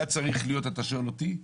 היה צריך להיות, אם אתה שואל אותי,